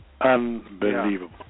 Unbelievable